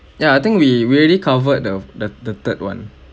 ya I think we we already covered the the the third one